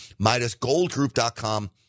Midasgoldgroup.com